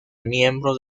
miembro